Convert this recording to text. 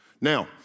Now